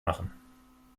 machen